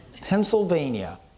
Pennsylvania